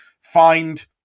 Find